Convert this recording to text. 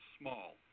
small